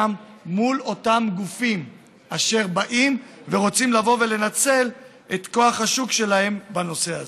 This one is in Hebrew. מול אותם גופים אשר רוצים לנצל את כוח השוק שלהם בנושא הזה.